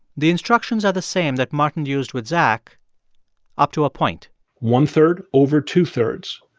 the instructions are the same that martin used with zach up to a point one-third over two-thirds.